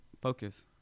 focus